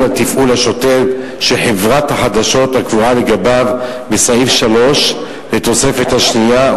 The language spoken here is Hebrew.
התפעול השוטף של חברת החדשות הקבועה לגביו בסעיף 3 לתוספת השנייה,